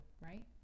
Right